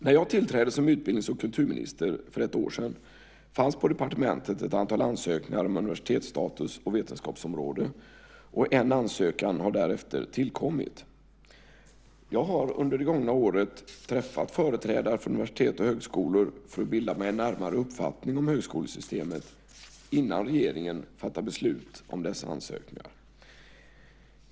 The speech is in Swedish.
När jag tillträdde som utbildnings och kulturminister för ett år sedan fanns på departementet ett antal ansökningar om universitetsstatus och vetenskapsområde, och en ansökan har därefter tillkommit. Jag har under det gångna året träffat företrädare för universitet och högskolor för att bilda mig en närmare uppfattning om högskolesystemet innan regeringen fattar beslut om dessa ansökningar.